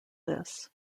this